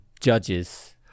judges